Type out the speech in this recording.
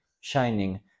shining